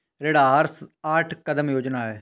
ऋण आहार आठ कदम योजना है